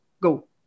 Go